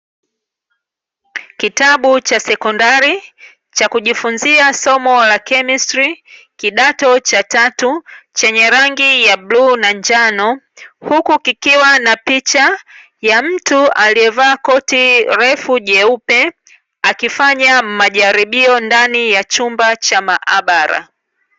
Kitabu cha sekondari cha kujifunzia somo la kemistri, kidato cha tatu chenye rangi ya bluu na njano, huku kikiwa na picha ya mtu aliyevaa koti refu jeupe akifanya majaribio ndani ya chumba cha maabara.